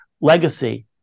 legacy